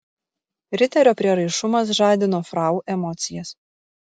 riterio prieraišumas žadino frau emocijas